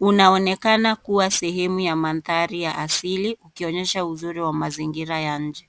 Unaonekana kuwa sehemu ya mandhari ya asili ukionyesha uzuri wa mazingira ya nje.